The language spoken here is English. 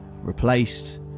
Replaced